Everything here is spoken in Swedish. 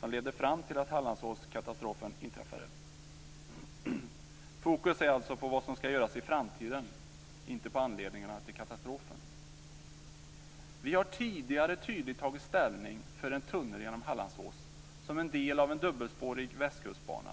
som ledde fram till att Hallandsåskatastrofen inträffade. Fokus är alltså på vad som skall göras i framtiden, inte på anledningarna till katastrofen. Vi har tidigare tydligt tagit ställning för en tunnel genom Hallandsås som en del av en dubbelspårig Västkustbana.